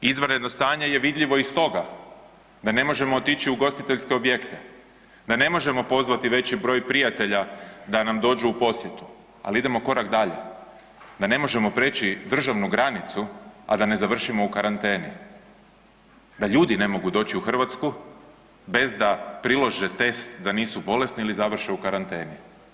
Izvanredno stanje je vidljivo i iz toga da ne možemo otići u ugostiteljske objekte, da ne možemo pozvati veći broj prijatelja da nam dođu u posjetu, ali idemo korak dalje, da ne možemo prijeći državnu granicu, a da ne završimo u karanteni, da ljudi ne mogu doći u Hrvatsku bez da prilože test da nisu bolesni ili završe u karanteni.